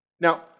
Now